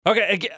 Okay